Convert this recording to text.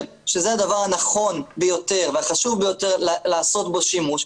שזה הדבר הנכון ביותר והחשוב ביותר לעשות בו שימוש,